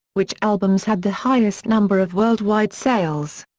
which albums had the highest number of worldwide sales.